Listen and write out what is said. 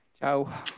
Ciao